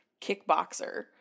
kickboxer